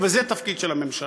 וזה תפקיד של הממשלה.